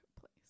place